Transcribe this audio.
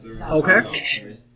Okay